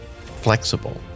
flexible